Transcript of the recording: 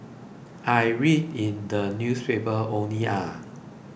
I read in the newspaper only ah